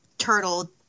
turtle